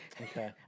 Okay